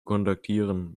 kontaktieren